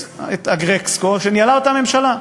מי זאת?